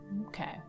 Okay